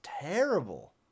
terrible